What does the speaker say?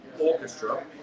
Orchestra